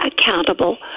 accountable